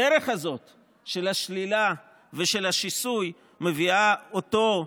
הדרך הזאת של השלילה ושל השיסוי מביאה אותו,